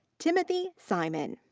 timothy simon.